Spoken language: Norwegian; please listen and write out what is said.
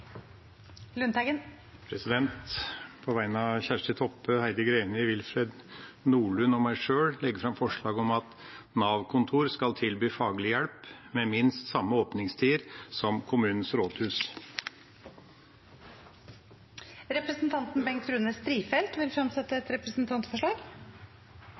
På vegne av Kjersti Toppe, Heidi Greni, Willfred Nordlund og meg sjøl vil jeg legge fram forslag om at Nav-kontor skal tilby faglig hjelp med minst samme åpningstider som kommunens rådhus. Representanten Bengt Rune Strifeldt vil